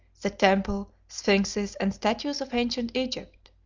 the temple, sphinxes, and statues of ancient egypt.